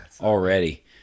Already